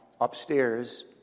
upstairs